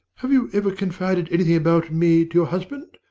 have you ever confided anything about me to your husband?